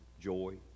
joy